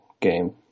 game